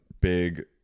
big